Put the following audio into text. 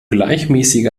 gleichmäßige